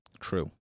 True